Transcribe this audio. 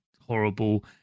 horrible